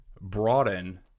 broaden